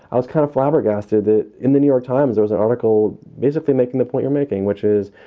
i was kind of flabbergasted that in the new york times there was an article basically making the point you're making, which is,